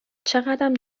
چقدم